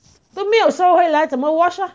都没有收回来怎么 wash lah